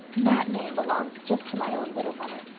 that name belongs just to my own little mother,